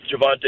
Javante